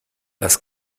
das